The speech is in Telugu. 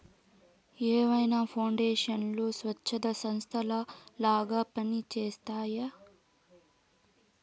ఏవైనా పౌండేషన్లు స్వచ్ఛంద సంస్థలలాగా పని చేస్తయ్యి